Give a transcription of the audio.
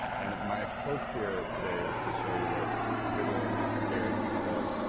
and my hope here today is to show you that video is not scary so,